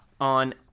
On